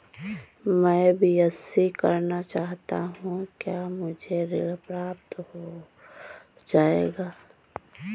मैं बीएससी करना चाहता हूँ क्या मुझे ऋण प्राप्त हो जाएगा?